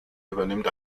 übernimmt